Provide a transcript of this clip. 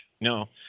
No